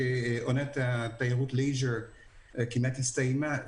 כשעונת התיירות כמעט הסתיימה,